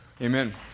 Amen